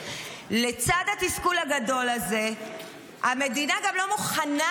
לצד התסכול הגדול הזה המדינה גם לא מוכנה